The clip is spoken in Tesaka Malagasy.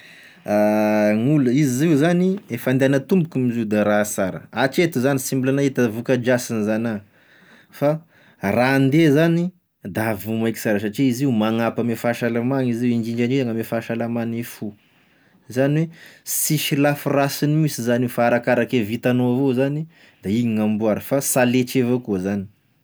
Gn'olo, izy io zany, e fandehanan-tomboky moa izy io da raha sara, hatreto zany sy mbola nahita vokadrasin'izany a, fa raha ande zany da vao maiky sara satria izy io magnampy ame fahasalama izy io indrindra indrindra ame fahasalamagne fo, zany hoe, sisy lafirasiny mihinsy zany io, fa arakarake vitanao avao zany de igny gn'amboara fa s'aletry avao koa zany.